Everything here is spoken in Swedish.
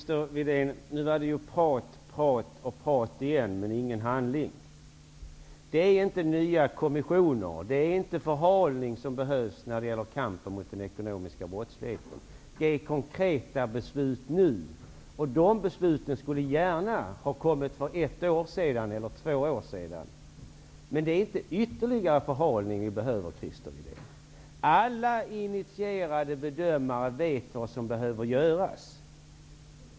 Herr talman! Nu var det prat, prat, prat igen, Christer Windén, men ingen handling. Det är inte nya kommissioner och förhalning som behövs när det gäller kampen mot den ekonomiska brottsligheten. Vi behöver fatta konkreta beslut nu. De besluten skulle gärna ha kommit för ett eller två år sedan. Vi behöver inte ytterligare förhalning, Alla initierade bedömare vet vad som behöver göras.